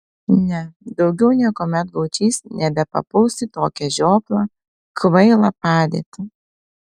ne daugiau niekuomet gaučys nebepapuls į tokią žioplą kvailą padėtį